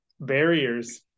barriers